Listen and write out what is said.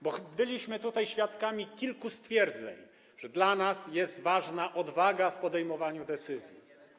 Byliśmy świadkami kilku stwierdzeń, że dla nas jest ważna odwaga w podejmowaniu decyzji.